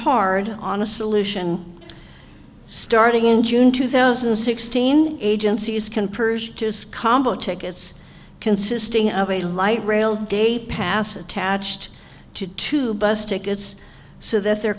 hard on a solution starting in june two thousand and sixteen agencies can purge combo tickets consisting of a light rail day pass attached to two bus tickets so th